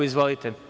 Izvolite.